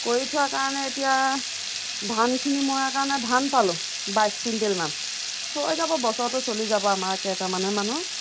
কৰি থোৱাৰ কাৰণে এতিয়া ধানখিনি মৰা কাৰণে ধান পালোঁ বাইছ কুইণ্টেলমান হৈ যাব বছৰটো চলি যাব আমাৰ কেইটামানেই মানুহ